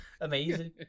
amazing